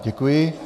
Děkuji.